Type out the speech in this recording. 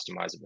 customizability